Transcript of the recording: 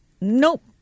nope